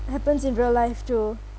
happens in real life too